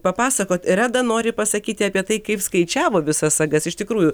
papasakoti ir reda nori pasakyti apie tai kaip skaičiavo visas sagas iš tikrųjų